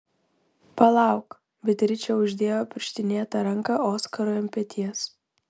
palauk beatričė uždėjo pirštinėtą ranką oskarui ant peties